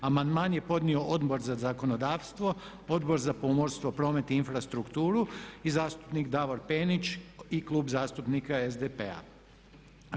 Amandman je podnio Odbor za zakonodavstvo, Odbor za pomorstvo, promet i infrastrukturu i zastupnik Davor Penić i Klub zastupnika SDP-a.